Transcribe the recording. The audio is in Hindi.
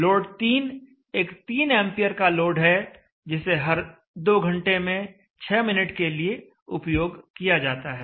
लोड 3 एक 3 एंपियर का लोड है जिसे हर 2 घंटे में 6 मिनट के लिए उपयोग किया जाता है